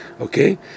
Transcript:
Okay